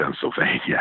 Pennsylvania